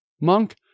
Monk